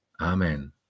Amen